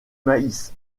maïs